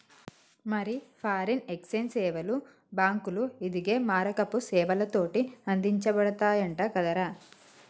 మరి foreign exchange సేవలు బాంకులు, ఇదిగే మారకపు సేవలతోటి అందించబడతయంట కదరా